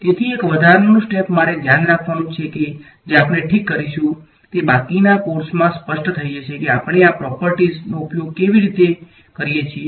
તેથી એક વધારાનું સ્ટેપ મારે ધ્યાન રાખવાનું છે જે આપણે ઠીક કરીશું તે બાકીના કોર્સમાં સ્પષ્ટ થઈ જશે કે આપણે આ પ્રોપર્ટીઝનો ઉપયોગ કેવી રીતે કરીએ છીએ